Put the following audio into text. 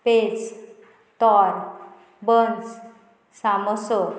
पेज तोर बंन्स सामोसो